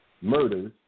murders